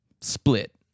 split